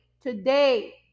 today